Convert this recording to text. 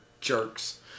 jerks